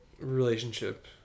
relationship